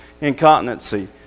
incontinency